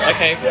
Okay